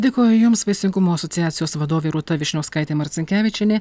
dėkoju jums vaisingumo asociacijos vadovė rūta vyšniauskaitė marcinkevičienė